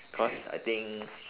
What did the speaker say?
cause I think